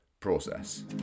process